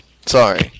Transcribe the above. sorry